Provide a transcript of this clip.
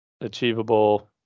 achievable